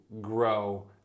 grow